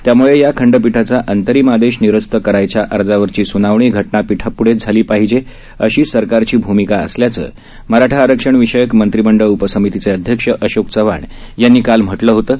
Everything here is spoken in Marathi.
त्यामुळे या खंडपीठाचा अंतरिम आदेश निरस्त करायच्या अर्जावरची सुनावणी घटनापीठापुढेच झाली पाहिजे अशी सरकारची भूमिका असल्याचं मराठा आरक्षणविषयक मंत्रीमंडळ उपसमितीचे अध्यक्ष अशोक चव्हाण यांनी काल म्हटलं होतं